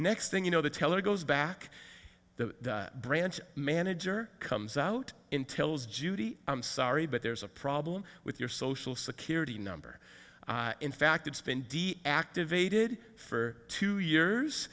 next thing you know the teller goes back the branch manager comes out in tells judy i'm sorry but there's a problem with your social security number in fact it's been d activated for two years